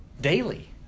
Daily